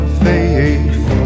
faith